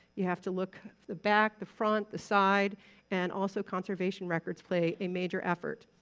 you have to look the back, the front, the side and also conservation records play a major effort.